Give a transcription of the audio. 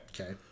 Okay